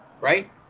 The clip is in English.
right